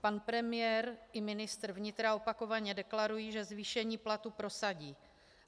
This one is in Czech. Pan premiér i ministr vnitra opakovaně deklarují, že zvýšení platů prosadí,